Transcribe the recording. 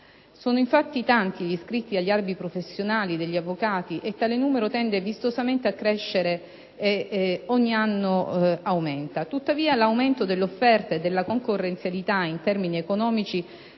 Sono infatti tanti gli iscritti agli albi professionali degli avvocati e tale numero tende vistosamente a crescere ogni anno. Tuttavia all'aumento dell'offerta e della concorrenzialità in termini economici